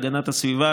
הגנת הסביבה,